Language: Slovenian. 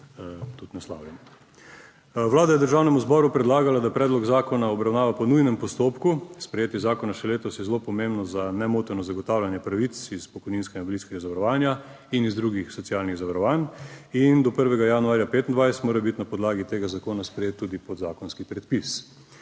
Vlada je Državnemu zboru predlagala, da predlog zakona obravnava po nujnem postopku. Sprejetje zakona še letos je zelo pomembno za nemoteno zagotavljanje pravic iz pokojninskega in invalidskega zavarovanja in iz drugih socialnih zavarovanj. In do 1. januarja 2025 mora biti na podlagi tega zakona sprejet tudi podzakonski predpis.